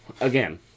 Again